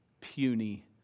puny